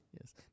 Yes